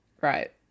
Right